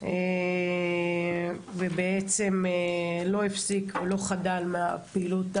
ובעצם לא חדל מהפעילות